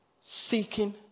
seeking